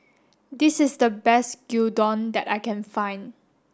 this is the best Gyudon that I can find